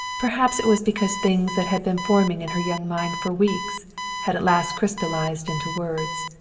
perhaps it was because things that had been forming in her young mind for weeks had at last crystallized into words.